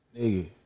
nigga